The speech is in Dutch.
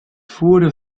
voeren